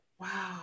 Wow